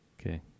Okay